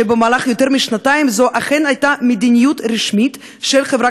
שבמשך יותר משנתיים זו הייתה אכן מדיניות רשמית של החברה